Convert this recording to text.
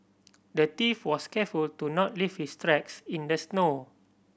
the thief was careful to not leave his tracks in the snow